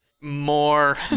more